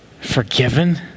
forgiven